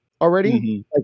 already